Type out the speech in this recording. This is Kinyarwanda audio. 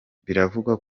biravugwa